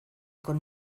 con